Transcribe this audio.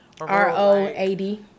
R-O-A-D